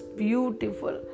beautiful